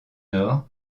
nord